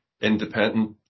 independent